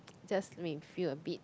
just make me feel a bit